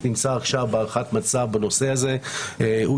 נמצא עכשיו בהערכת מצב בנושא הזה והוא